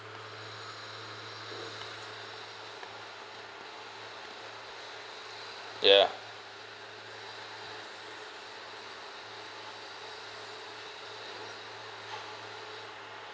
ya